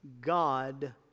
God